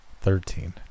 thirteen